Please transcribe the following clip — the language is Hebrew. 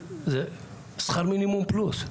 שכר מינימום פלוס.